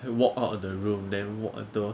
walk out of the room then walk until